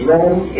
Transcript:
Rome